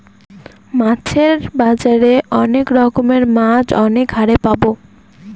মাছের বাজারে অনেক রকমের মাছ অনেক হারে পাবো